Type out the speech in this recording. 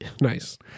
Nice